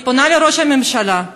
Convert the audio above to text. אני פונה לראש הממשלה,